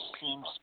seems